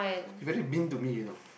you very mean to me you know